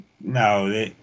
No